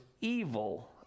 evil